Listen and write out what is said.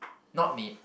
not maid